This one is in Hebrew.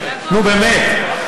נו, באמת.